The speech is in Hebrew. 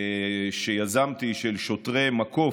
שיזמתי של שוטרי מקוף,